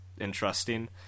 interesting